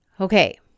okay